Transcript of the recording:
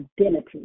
identity